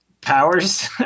powers